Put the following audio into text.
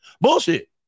Bullshit